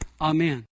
Amen